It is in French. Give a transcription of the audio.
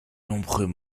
nombreux